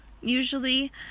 usually